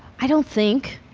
i don't think.